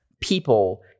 people